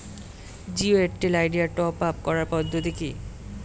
Jio Airtel Idea top up করার পদ্ধতি কি?